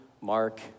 Mark